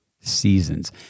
seasons